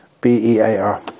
B-E-A-R